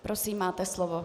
Prosím, máte slovo.